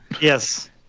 Yes